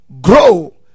grow